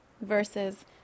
versus